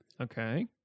Okay